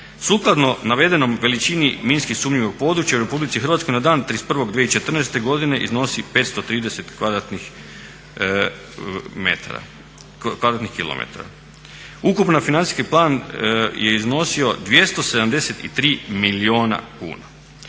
Sukladno navedenoj veličini minski sumnjivog područja u RH na dan 31. 2014. godine iznosi 530 kvadratnih kilometara. Ukupni financijski plan je iznosio 273 milijuna kuna.